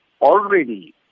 already